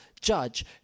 judge